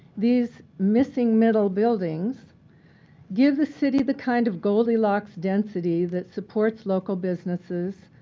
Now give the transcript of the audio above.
these missing middle buildings give the city the kind of goldilocks density that supports local businesses,